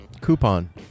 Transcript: Coupon